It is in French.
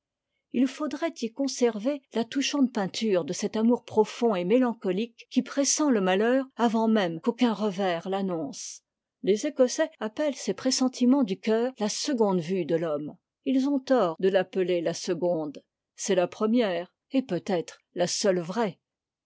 il faudrait y conserver la touchante peinture de cet amour profond et mélancolique qui pressent le malheur avant même qu'aucun revers l'annonce les écossais appellent ces pressentiments du coeur la seconde mm de ao hm e ils ont tort de l'appeler la seconde c'est la première et peut-être la seule vraie